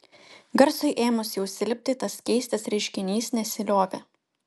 garsui ėmus jau silpti tas keistas reiškinys nesiliovė